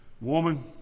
woman